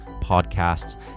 podcasts